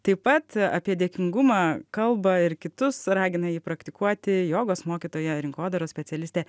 taip pat apie dėkingumą kalbą ir kitus ragina jį praktikuoti jogos mokytoja rinkodaros specialistė